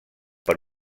per